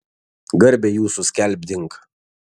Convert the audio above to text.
garbę jūsų skelbdink